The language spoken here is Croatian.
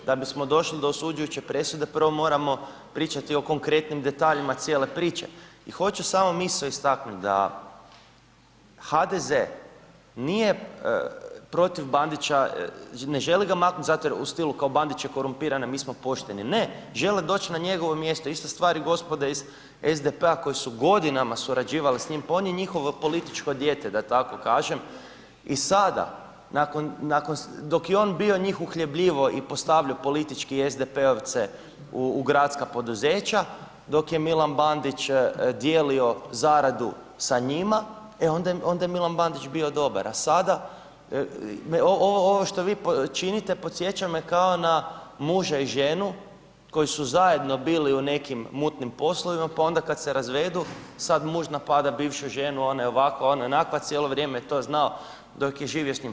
Da bismo došli do osuđujuće presude prvo moramo pričati o konkretnim detaljima cijele priče i hoću samo misao istaknuti da HDZ nije protiv Bandića, ne želi ga maknuti zato jer u stilu kao Bandić je korumpiran a mi smo pošteni, ne, žele doći na njegovo mjesto, ista stvar je gospode iz SDP-a koji su godinama surađivali s njim, pa on je njihovo političko dijete da tako kažem i sada dok je on bio njih uhljebljivao i postavljao politički SDP-ovce u gradska poduzeća, dok je Milan Bandić dijelio zaradu sa njima, e onda je Milan Bandić bio dobar, a sada, ovo što vi činite, podsjeća me kao na muža i ženu koji su zajedno bili u nekim mutnim poslovima pa onda kad se razvedu, sad muž napada bivšu ženu, ona je ovakva, ona je onakva, cijelo vrijeme je to znao dok je živio s njim.